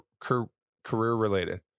career-related